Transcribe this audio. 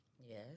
Yes